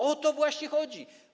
O to właśnie chodzi.